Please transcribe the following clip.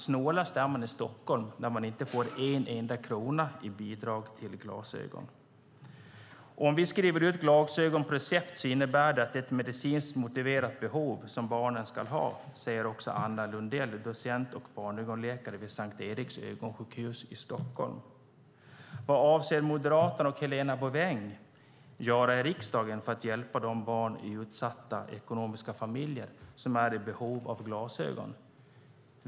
Snålast är landstinget i Stockholm där man inte får en enda krona i bidrag till glasögon. Om vi skriver ut glasögon på recept innebär det att det är medicinskt motiverat, och då ska barnen också ha det, säger Anna Lundell, docent och barnögonläkare vid S:t Eriks Ögonsjukhus i Stockholm. Vad avser Moderaterna och Helena Bouveng att göra i riksdagen för att hjälpa de barn i ekonomiskt utsatta familjer som är i behov av glasögon?